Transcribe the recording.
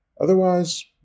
Otherwise